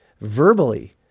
verbally